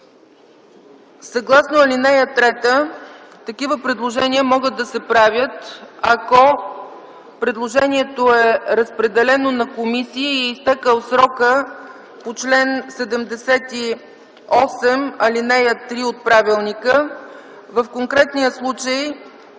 Съгласно ал. 3 такива предложения могат да се правят, ако предложението е разпределено на комисии и е изтекъл срокът по чл. 78, ал. 3 от правилника. В конкретния случай